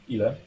Ile